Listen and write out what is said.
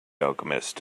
alchemist